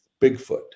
Bigfoot